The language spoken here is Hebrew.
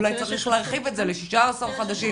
אולי צריך להרחיב את זה ל-16 חודשים,